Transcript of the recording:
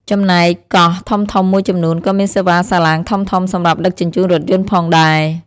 ចំណែកកោះធំៗមួយចំនួន ក៏មានសេវាសាឡាងធំៗសម្រាប់ដឹកជញ្ជូនរថយន្តផងដែរ។